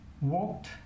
walked